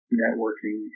networking